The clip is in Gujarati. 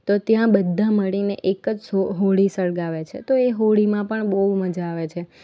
તો ત્યાં બધા મળીને એક જ હોળી સળગાવે છે તો એ હોળીમાં પણ બહુ મજા આવે છે